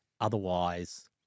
otherwise